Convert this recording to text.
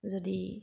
যদি